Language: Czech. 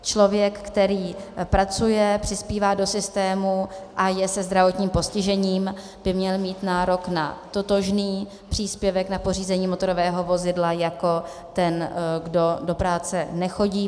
Člověk, který pracuje, přispívá do systému a je se zdravotním postižením, by měl mít nárok na totožný příspěvek na pořízení motorového vozidla jako ten, kdo do práce nechodí.